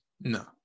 No